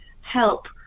help